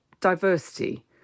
diversity